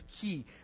key